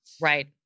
right